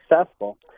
successful